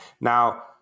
Now